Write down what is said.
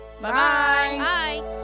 Bye-bye